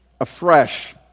afresh